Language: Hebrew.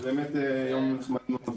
זה באמת יום נחמד מאוד.